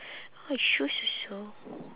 oh shoes also